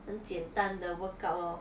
很简单的 workout lor